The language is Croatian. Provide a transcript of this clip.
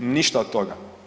Ništa od toga.